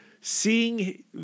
seeing